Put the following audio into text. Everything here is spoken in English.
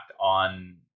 on